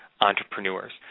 entrepreneurs